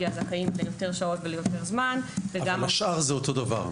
יהיה זכאי ליותר שעות --- אבל לשאר זה אותו הדבר,